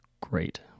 great